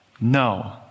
No